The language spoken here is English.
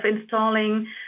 installing